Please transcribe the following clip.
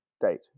date